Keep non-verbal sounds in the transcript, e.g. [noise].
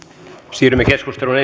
siirrymme keskusteluun [unintelligible]